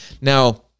Now